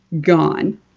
gone